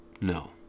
No